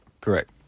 Correct